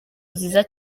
nziza